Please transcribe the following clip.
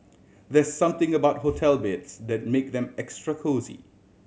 there something about hotel beds that makes them extra cosy